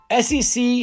SEC